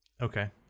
Okay